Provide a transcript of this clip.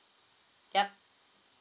yup